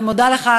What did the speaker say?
אני מודה לך,